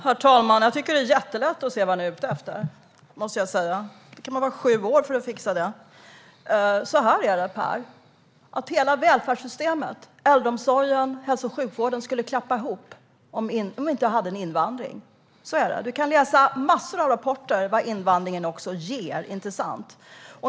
Herr talman! Jag tycker att det är jättelätt, Per Ramhorn, att se vad ni är ute efter. Man kan vara sju år och fixa det. Så här är det, Per: Hela välfärdssystemet, äldreomsorgen och hälso och sjukvården skulle klappa ihop om vi inte hade en invandring. Du kan läsa massor av rapporter om vad invandringen ger, inte sant?